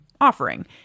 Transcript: offering